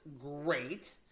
great